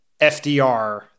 FDR